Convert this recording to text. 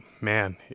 man